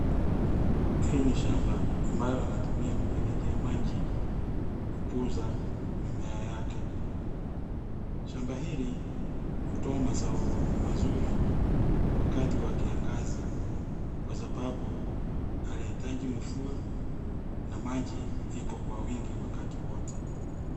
Hii ni shamba ambayo inatumia mifereji ya maji kukuza mimea yake. Shamba hili hutoa mazao mazuri wakati wa kiangaza kwa sababu halihitaji mvua na maji iko kwa wingi wakati wote.